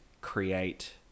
create